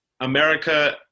America